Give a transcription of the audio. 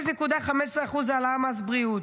0.15% העלאה במס בריאות.